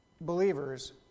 believers